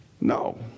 No